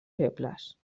febles